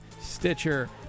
Stitcher